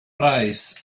price